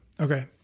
Okay